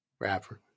Rapper